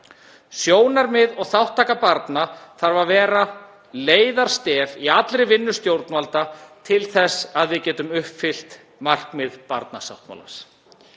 Sjónarmið og þátttaka barna þarf að vera leiðarstef í allri vinnu stjórnvalda til þess að við getum uppfyllt markmið barnasáttmálans.